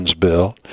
bill